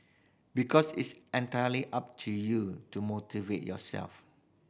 because it's entirely up to you to motivate yourself